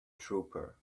trooper